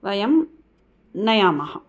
वयं नयामः